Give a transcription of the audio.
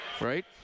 right